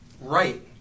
right